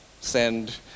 Send